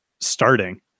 starting